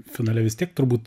finale vis tiek turbūt